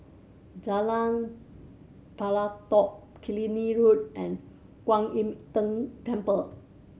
Jalan Pelatok Killiney Road and Kuan Im Tng Temple